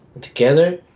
Together